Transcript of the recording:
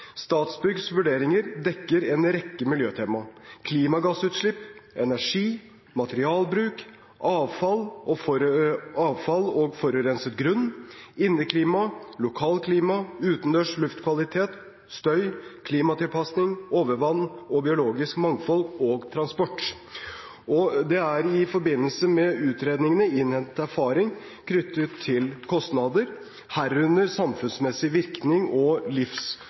Statsbyggs vurderinger dekker en rekke miljøtema: klimagassutslipp, energi, materialbruk, avfall og forurenset grunn, inneklima, lokalklima, utendørs luftkvalitet og støy, klimatilpasning, overvann og biologisk mangfold, og transport. Det er i forbindelse med utredningene innhentet erfaringer knyttet til kostnader, herunder samfunnsmessige virkninger og